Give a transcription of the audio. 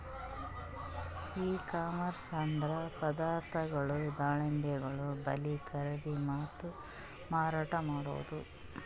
E commerce ಅಂದ್ರ ಪದಾರ್ಥಗೊಳ್ ದಳ್ಳಾಳಿಗೊಳ್ ಬಲ್ಲಿ ಖರೀದಿ ಮತ್ತ್ ಮಾರಾಟ್ ಮಾಡದು